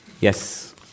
Yes